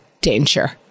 Danger